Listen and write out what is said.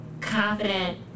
confident